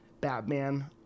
Batman